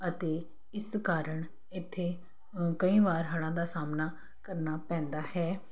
ਅਤੇ ਇਸ ਕਾਰਨ ਇੱਥੇ ਕਈ ਵਾਰ ਹੜ੍ਹਾਂ ਦਾ ਸਾਹਮਣਾ ਕਰਨਾ ਪੈਂਦਾ ਹੈ